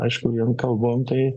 aišku vien kalbom tai